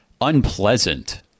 unpleasant